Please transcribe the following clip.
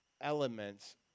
elements